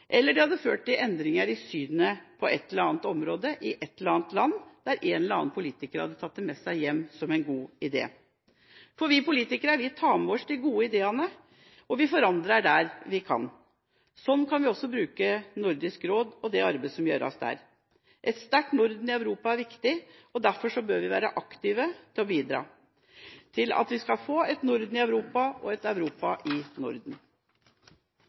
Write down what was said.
der en eller annen politiker hadde tatt det med seg hjem som en god idé. Vi politikere tar med oss de gode ideene, og vi forandrer der vi kan. Sånn kan vi også bruke Nordisk råd og det arbeidet som gjøres der. Et sterkt Norden i Europa er viktig, og derfor bør vi være aktive med å bidra til at vi skal få et Norden i Europa og et Europa i Norden.